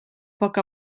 poc